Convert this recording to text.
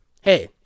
hey